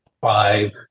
five